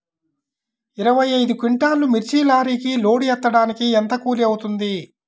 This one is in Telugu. ఇరవై ఐదు క్వింటాల్లు మిర్చి లారీకి లోడ్ ఎత్తడానికి ఎంత కూలి అవుతుంది?